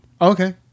Okay